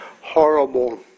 horrible